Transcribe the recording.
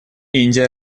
индия